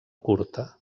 curta